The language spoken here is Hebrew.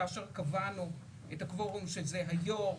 כאשר קבענו את הקוורום שזה היו"ר,